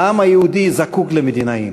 העם היהודי זקוק למדינאים,